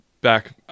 back